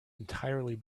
entirely